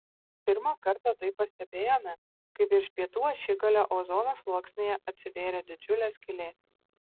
pirmą kartą tai pastebėjome kai virš pietų ašigalio ozono sluoksnyje atsivėrė didžiulė skylė